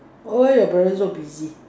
orh why your parents so busy